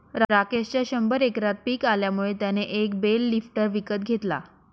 राकेशच्या शंभर एकरात पिक आल्यामुळे त्याने एक बेल लिफ्टर विकत घेतला